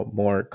more